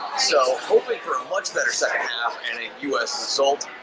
so hoping for a much better second half and a us result.